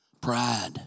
pride